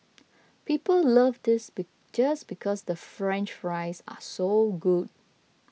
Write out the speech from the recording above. people love this be just because the French Fries are so good